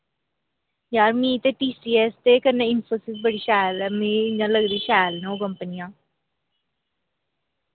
यार मी ते टीसीएस ते कन्नै इंफोसिस बड़ी शैल ऐ मी इ'य्यां लगदी शैल न ओह् कंपनियां